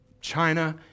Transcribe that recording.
China